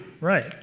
right